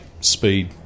speed